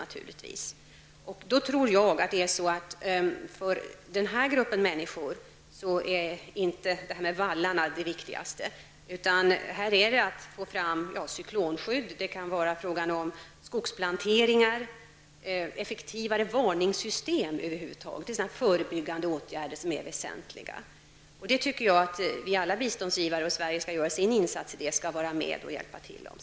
Då tror jag att vallar inte är det allra viktigaste för den här gruppen av människor. För dessa människor är det viktigast att man får fram cyklonskydd. Det kan vara fråga om skogsplanteringar och över huvud taget effektivare varningssystem. Det är sådana förebyggande åtgärder som är väsentliga. I fråga om detta tycker jag att alla biståndsgivare skall göra sin insats och vara med och hjälpa till med detta.